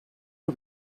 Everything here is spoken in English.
are